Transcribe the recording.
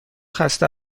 خسته